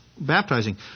baptizing